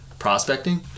prospecting